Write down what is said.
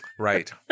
right